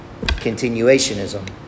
continuationism